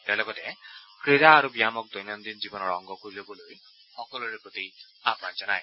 তেওঁ লগতে ক্ৰীড়া আৰু ব্যায়ামক দৈনন্দিন জীৱনৰ অংগ কৰি লবলৈ সকলোৰে প্ৰতি আহান জনায়